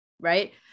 Right